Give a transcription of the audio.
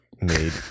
made